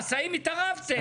האם התערבתם?